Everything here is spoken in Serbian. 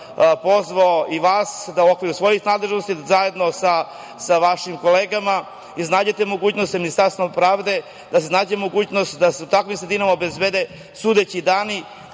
pozvao i vas da u okviru svojih nadležnosti zajedno sa vašim kolegama da se nađe mogućnost sa Ministarstvom pravde, da se iznađe mogućnost da se u takvim sredinama obezbede sudeći dani,